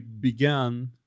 began